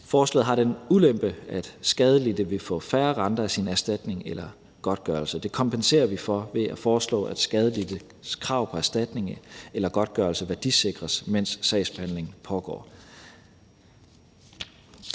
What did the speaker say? Forslaget har den ulempe, at skadelidte vil få færre renter af sin erstatning eller godtgørelse. Det kompenserer vi for ved at foreslå, at skadelidtes krav på erstatning eller godtgørelse værdisikres, mens sagsbehandlingen pågår.